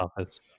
office